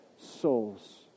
souls